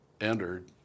entered